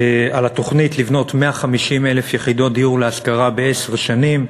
על התוכנית לבנות 150,000 יחידות דיור להשכרה בעשר שנים,